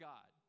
God